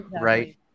right